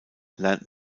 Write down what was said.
lernten